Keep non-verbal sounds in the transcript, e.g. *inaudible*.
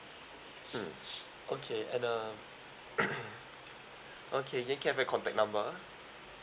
mm okay and uh *coughs* okay can you get back contact number